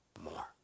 more